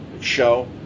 show